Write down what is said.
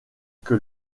que